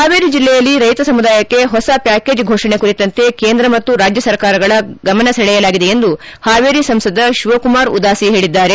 ಹಾವೇರಿ ಜಿಲ್ಲೆಯಲ್ಲಿ ರೈತ ಸಮುದಾಯಕ್ಕೆ ಹೊಸ ಪ್ಯಾಕೇಜ್ ಫೋಷಣೆ ಕುರಿತಂತೆ ಕೇಂದ್ರ ಮತ್ತು ರಾಜ್ಯ ಸರ್ಕಾರಗಳ ಗಮನ ಸೆಳೆಯಲಾಗಿದೆ ಎಂದು ಹಾವೇರಿ ಸಂಸದ ಶಿವಕುಮಾರ್ ಉದಾಸಿ ಹೇಳಿದ್ದಾರೆ